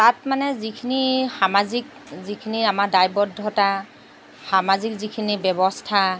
তাত মানে যিখিনি সামাজিক যিখিনি আমাৰ দায়বদ্ধতা সামাজিক যিখিনি ব্যৱস্থা